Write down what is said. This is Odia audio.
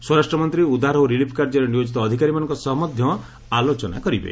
ସ୍ୱରାଷ୍ଟ୍ର ମନ୍ତ୍ରୀ ଉଦ୍ଧାର ଓ ରିଲିଫ୍ କାର୍ଯ୍ୟରେ ନିୟୋଜିତ ଅଧିକାରୀମାନଙ୍କ ସହ ମଧ୍ୟ ଆଲୋଚନା କରିବେ